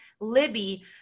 Libby